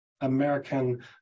American